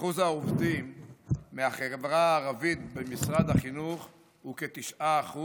אחוז העובדים מהחברה הערבית במשרד החינוך הוא כ-9%,